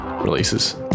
releases